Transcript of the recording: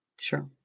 Sure